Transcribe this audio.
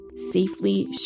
safely